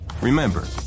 Remember